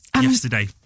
Yesterday